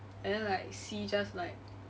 and then like C just like